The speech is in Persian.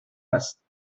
است